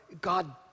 God